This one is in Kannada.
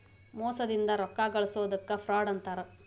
ಮೋಸದಿಂದ ರೊಕ್ಕಾ ಗಳ್ಸೊದಕ್ಕ ಫ್ರಾಡ್ ಅಂತಾರ